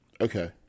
Okay